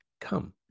Come